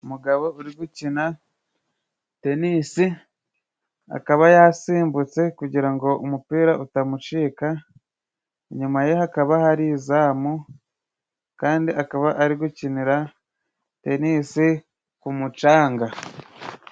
Umugabo uri gukina tenisi, akaba yasimbutse kugira ngo umupira utamucika, inyuma ye hakaba hari izamu, kandi akaba ari gukinira tenisi ku mucanga.